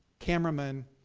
cameramen.